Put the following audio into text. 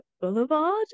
Boulevard